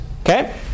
Okay